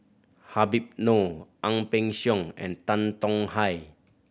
Habib Noh Ang Peng Siong and Tan Tong Hye